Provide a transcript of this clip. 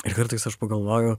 ir kartais aš pagalvoju